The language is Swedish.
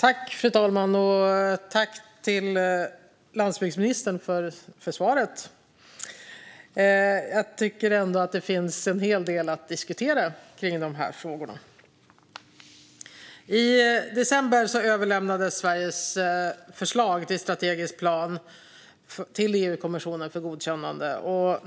Fru talman! Jag tackar landsbygdsministern för svaret. Jag tycker ändå att det finns en hel del att diskutera kring dessa frågor. I december överlämnades Sveriges förslag till strategisk plan till EU-kommissionen för godkännande.